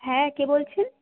হ্যাঁ কে বলছেন